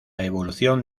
evolución